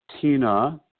Tina